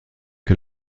que